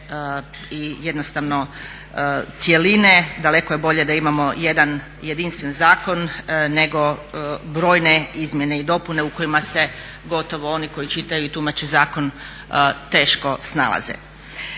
i jednostavno cjeline daleko je bolje da imamo jedan jedinstven zakon nego brojne izmjene i dopune u kojima se gotovo oni koji čitaju i tumače zakon teško snalaze.